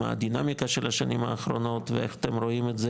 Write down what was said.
מה הדינמיקה של השנים האחרונות ואיך אתם רואים את זה